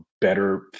better